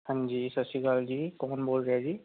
ਹਾਂਜੀ ਸਤਿ ਸ਼੍ਰੀ ਅਕਾਲ ਜੀ ਕੌਣ ਬੋਲ ਰਿਹਾ ਜੀ